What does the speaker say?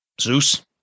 Zeus